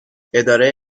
اداره